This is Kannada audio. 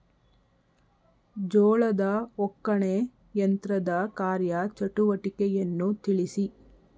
ಜೋಳದ ಒಕ್ಕಣೆ ಯಂತ್ರದ ಕಾರ್ಯ ಚಟುವಟಿಕೆಯನ್ನು ತಿಳಿಸಿ?